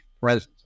presence